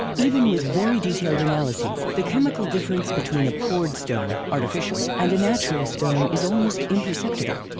even with very detailed analyzes, the chemical difference between a poured stone, artificial, and a natural stone is almost imperceptible.